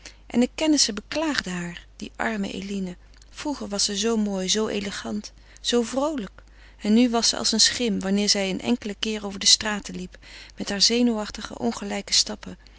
en de kennissen beklaagden haar die arme eline vroeger was ze zoo mooi zoo elegant zoo vroolijk en nu was ze als een schim wanneer zij een enkelen keer over de straten liep met hare zenuwachtige ongelijke stappen